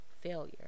failure